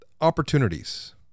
opportunities